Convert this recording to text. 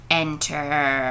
enter